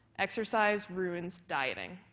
exercise ruins dieting.